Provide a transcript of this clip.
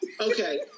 Okay